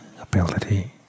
ability